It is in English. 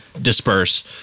disperse